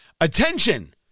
Attention